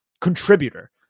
contributor